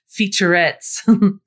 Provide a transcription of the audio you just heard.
featurettes